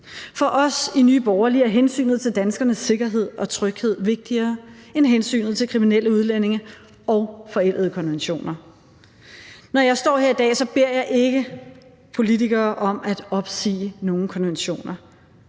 For os i Nye Borgerlige er hensynet til danskernes sikkerhed og tryghed vigtigere end hensynet til kriminelle udlændinge og forældede konventioner. Når jeg står her i dag, beder jeg ikke politikere om at opsige nogen konventioner.